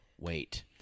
wait